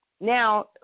Now